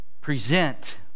present